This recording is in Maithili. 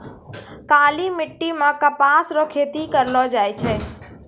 काली मिट्टी मे कपास रो खेती करलो जाय छै